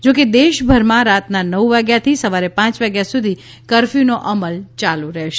જો કે દેશભરમાં રાતના નવ વાગ્યાથી સવારે પાંચ વાગ્યા સુધી કરફ્યુનો અમલ ચાલુ રહેશે